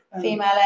Female